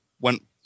Went